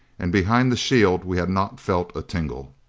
and behind the shield we had not felt a tingle.